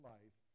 Life